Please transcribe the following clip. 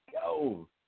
go